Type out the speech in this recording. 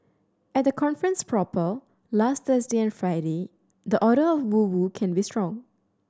at the conference proper last Thursday and Friday the odour of woo woo can be strong